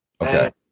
Okay